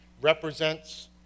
represents